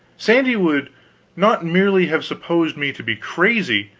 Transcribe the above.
sandy would not merely have supposed me to be crazy,